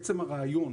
עצם הרעיון,